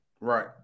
Right